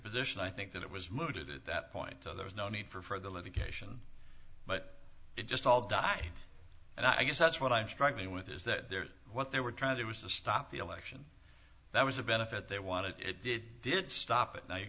position i think that it was mooted at that point so there was no need for further litigation but it just all died and i guess that's what i'm struggling with is that there what they were trying to do was to stop the election that was a benefit they wanted it did did stop it n